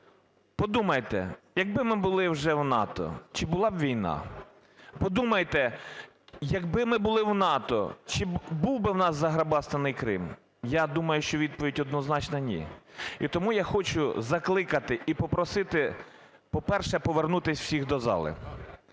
Подумайте, якби ми були вже в НАТО, чи була б війна? Подумайте, якби ми були в НАТО, чи був би в нас заграбастаний Крим? Я думаю, що відповідь однозначна – ні! І тому я хочу закликати і попросити, по-перше, повернутися всіх до зали,